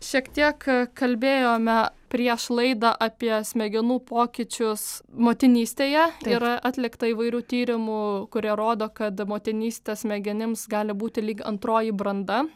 šiek tiek kalbėjome prieš laidą apie smegenų pokyčius motinystėje yra atlikta įvairių tyrimų kurie rodo kad motinystė smegenims gali būti lyg antroji branda